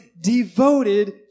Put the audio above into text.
devoted